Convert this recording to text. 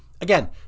Again